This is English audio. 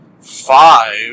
five